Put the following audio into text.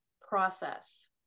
process